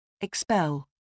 Expel